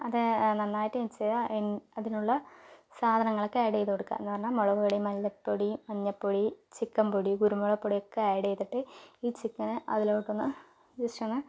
അത് നന്നായിട്ട് മിക്സ് ചെയ്താൽ അതിനുള്ള സാധനങ്ങളൊക്കെ ഏഡ്ഡ് ചെയ്തുകൊടുക്കുക കാരണം മുളക് പൊടി മല്ലിപ്പൊടി മഞ്ഞൾപ്പൊടി ചിക്കൻപൊടി കുരുമുളക് പൊടിയൊക്കെ ഏഡ്ഡ് ചെയ്തിട്ട് ഈ ചിക്കനെ അതിലോട്ടൊന്ന് ജസ്റ്റൊന്ന്